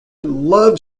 love